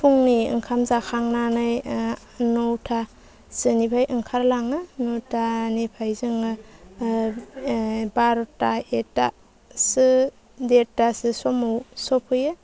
फुंनि ओंखाम जाखांनानै नौथासोनिफ्राय ओंखारलाङो नयथानिफ्राय जोङो बार'था एकथासो देरथासो समाव सफैयो